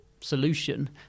solution